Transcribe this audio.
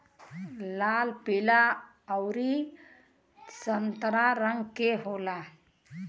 लाल पीला अउरी संतरा रंग के होला